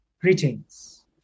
Greetings